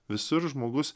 visur žmogus